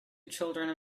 children